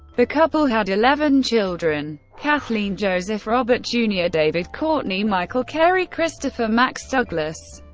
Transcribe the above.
the couple had eleven children kathleen, joseph, robert jr, david, courtney, michael, kerry, christopher, max, douglas,